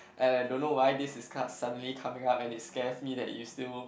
and I don't know why this is co~ suddenly coming up and it scares me that you still